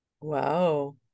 wow